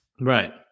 Right